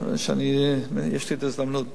יש לי ההזדמנות, ב.